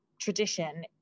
tradition